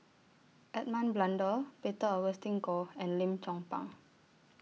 Edmund Blundell Peter Augustine Goh and Lim Chong Pang